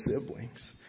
siblings